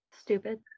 Stupid